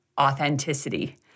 authenticity